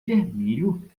vermelho